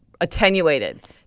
attenuated